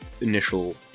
initial